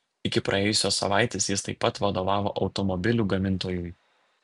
iki praėjusios savaitės jis taip pat vadovavo automobilių gamintojui